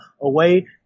away